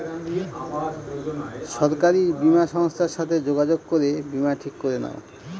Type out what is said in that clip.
সরকারি বীমা সংস্থার সাথে যোগাযোগ করে বীমা ঠিক করে নাও